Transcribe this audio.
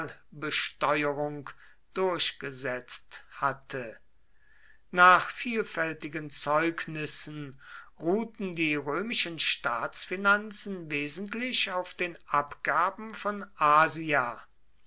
domanialbesteuerung durchgesetzt hatte nach vielfältigen zeugnissen ruhten die römischen staatsfinanzen wesentlich auf den abgaben von asia